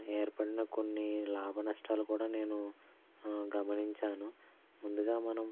ఏర్పడిన కొన్ని లాభనష్టాలు కూడా నేను గమనించాను ముందుగా మనం